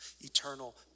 eternal